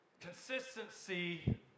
consistency